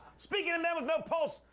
speaking of men with no pulse,